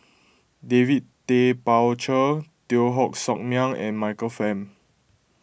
David Tay Poey Cher Teo Koh Sock Miang and Michael Fam